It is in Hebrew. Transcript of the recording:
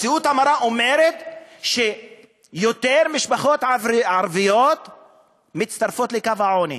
המציאות המרה אומרת שיותר משפחות ערביות מצטרפות לקו העוני,